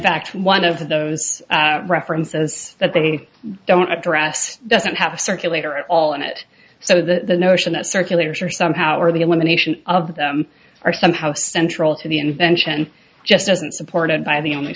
fact one of those references that they don't address doesn't have a circulator at all in it so the notion that circulars are somehow or the elimination of them are somehow central to the invention just doesn't supported by the only